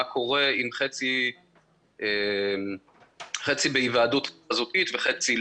מה קורה אם חצי בהיוועדות חזותית וחצי,